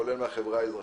כולל החברה האזרחית.